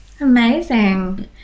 Amazing